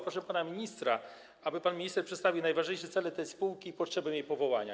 Proszę pana ministra, aby pan minister przedstawił najważniejsze cele tej spółki i potrzebę jej powołania.